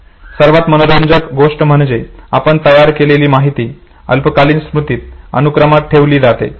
सर्वात मनोरंजक गोष्ट म्हणजे आपण तयार केलेली माहिती ही अल्पकालीन स्मृतीत अनुक्रमात ठेवली जाते